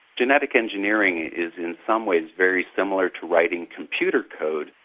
genetic engineering is in some ways very similar to writing computer code.